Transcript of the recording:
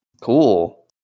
Cool